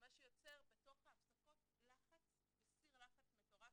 מה שיוצר בתוך ההפסקות סיר לחץ מטורף.